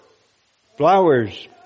Flowers